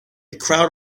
crowd